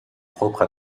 propre